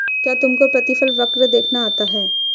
क्या तुमको प्रतिफल वक्र देखना आता है?